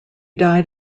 died